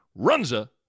Runza